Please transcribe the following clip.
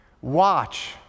watch